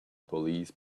police